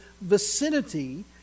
vicinity